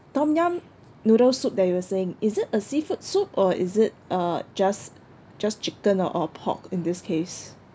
tom yum noodle soup that you were saying is it a seafood soup or is it uh just just chicken or or pork in this case